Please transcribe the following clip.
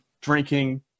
drinking